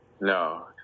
No